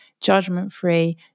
judgment-free